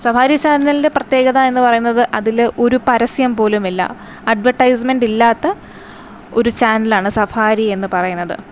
safari ചാനലിൻ്റെ പ്രത്യേകത എന്ന് പറയുന്നത് അതിൽ ഒരു പരസ്യം പോലുമില്ല അഡ്വർടൈസ്മെൻറ്റ് ഇല്ലാത്ത ഒരു ചാനലാണ് സഫാരി എന്ന് പറയുന്നത്